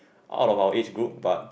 all about age group but